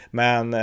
men